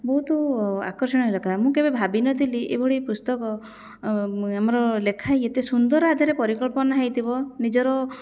ବହୁତ ଆକର୍ଷଣୀୟ ଲେଖା ମୁଁ କେବେ ଭାବିନଥିଲି ଏଭଳି ପୁସ୍ତକ ଆମର ଲେଖା ଏତେ ସୁନ୍ଦର ଆଧିଅରେ ପରିକଳ୍ପନା ହେଇଥିବ ନିଜର